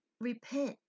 repent